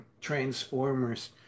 Transformers